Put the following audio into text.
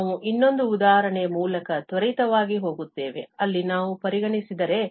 ಆದ್ದರಿಂದ ನಾವು ಇನ್ನೊಂದು ಉದಾಹರಣೆಯ ಮೂಲಕ ತ್ವರಿತವಾಗಿ ಹೋಗುತ್ತೇವೆ ಅಲ್ಲಿ ನಾವು ಪರಿಗಣಿಸಿದರೆ ಉದಾಹರಣೆಗೆ unxnn